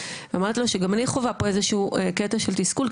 אמרתי לו שגם אני חווה פה איזה שהוא קטע של תסכול,